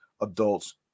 adults